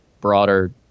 broader